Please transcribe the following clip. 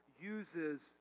uses